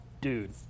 dude